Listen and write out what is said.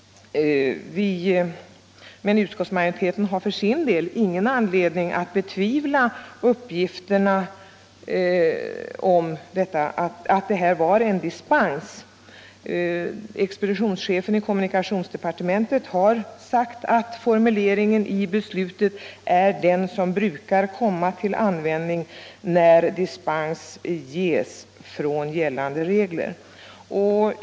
Men utskottsmajoriteten har för sin del ingen anledning att betvivla uppgifterna att det här gällde en dispens. Expeditionschefen i kommunikationsdepartementet har sagt att formuleringen i beslutet är den som brukar komma till användning när dispens ges från gällande regler.